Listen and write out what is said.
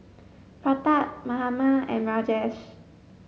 Pratap Mahatma and Rajesh